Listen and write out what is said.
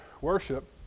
worship